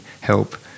help